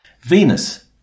Venus